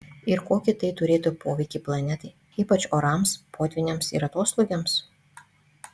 ir kokį tai turėtų poveikį planetai ypač orams potvyniams ir atoslūgiams